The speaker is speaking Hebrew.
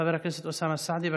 חבר הכנסת אוסאמה סעדי.